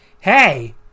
Hey